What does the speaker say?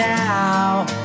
now